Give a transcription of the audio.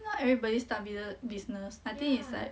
now everybody start busi~ business I think it's like